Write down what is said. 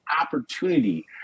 opportunity